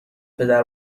پدر